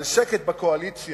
על שקט בקואליציה